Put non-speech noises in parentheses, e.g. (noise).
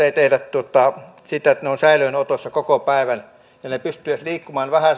(unintelligible) ei tehdä sitä että he ovat säilöönotossa koko päivän vaan että he pystyvät liikkumaan edes vähän (unintelligible)